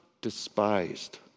despised